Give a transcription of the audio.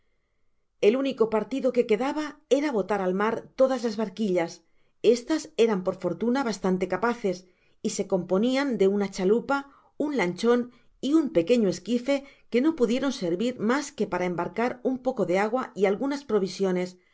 el único partido que quedaba era botar al mar todas las barquillas estas eran por fortuna bastante capaces y se componian de una chalupa un lanchon y un pequeño esquife que no pudieron servir mas que para embarcar un poco de agua y alguas provisiones